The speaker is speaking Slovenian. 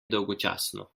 dolgočasno